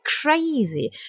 crazy